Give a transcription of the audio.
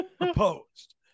proposed